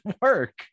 work